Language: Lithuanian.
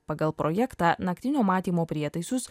pagal projektą naktinio matymo prietaisus